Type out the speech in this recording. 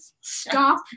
Stop